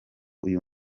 uyu